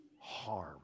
harm